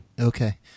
Okay